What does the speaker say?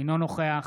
אינו נוכח